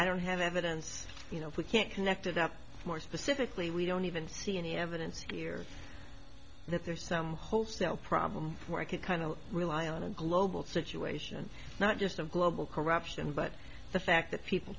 i don't have evidence you know if we can't connect it up more specifically we don't even see any evidence here that there's some wholesale problem where i could kind of rely on a global situation not just of global corruption but the fact that people